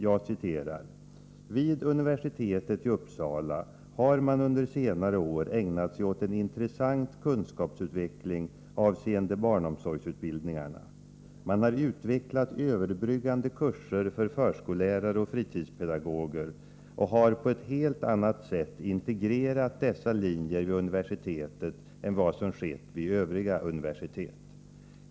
Jag citerar: ”Vid universitetet i Uppsala har man under senare år ägnat sig åt en intressant kunskapsutveckling avseende barnomsorgsutbildningarna. Man har utvecklat överbryggande kurser för förskollärare och fritidspedagoger och har på ett helt annat sätt integrerat dessa linjer vid universitetet än vad som skett vid övriga universitet.